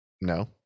No